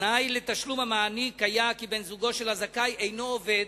תנאי לתשלום המענק היה כי בן-זוגו של הזכאי אינו עובד.